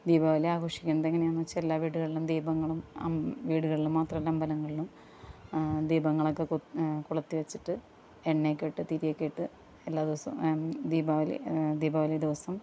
ദീപാവലി ആഘോഷിക്കുന്നതെങ്ങനെയാണെന്ന് വെച്ചാൽ എല്ലാ വീടുകളിലും ദീപങ്ങളും വീടുകളിലും മാത്രമല്ല അമ്പലങ്ങളിലും ദീപങ്ങളൊക്കെ കൊ കൊളുത്തിവെച്ചിട്ട് എണ്ണയൊക്കെ ഇട്ട് തിരിയൊക്കെ ഇട്ട് എല്ലാ ദിവസവും ദീപാവലി ദീപാവലി ദിവസം